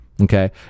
okay